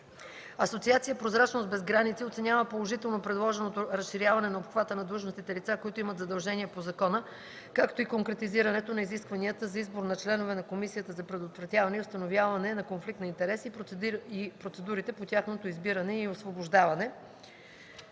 Асоциацията „Прозрачност без граници” оценява положително предложеното разширяване на обхвата на длъжностните лица, които имат задължения по закона, както и конкретизирането на изискванията за избор на членове на Комисията за предотвратяване и установяване на конфликт на интереси и процедурите по тяхното избиране и освобождаване.